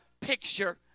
picture